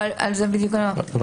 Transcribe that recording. אבל על זה בדיוק אמרתי,